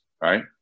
right